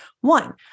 one